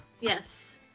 yes